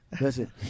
listen